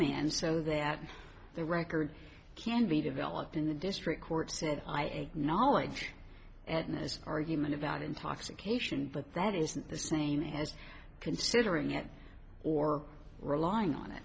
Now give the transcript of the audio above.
remain and so that the record can be developed in the district court said i acknowledge and this argument about intoxication but that isn't the same as considering it or relying on it